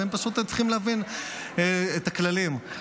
והם צריכים להבין את הכללים.